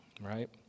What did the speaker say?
right